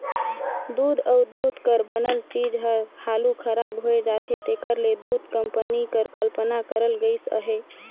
दूद अउ दूद कर बनल चीज हर हालु खराब होए जाथे तेकर ले दूध कंपनी कर कल्पना करल गइस अहे